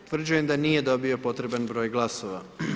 Utvrđujem da nije dobio potreban broj glasova.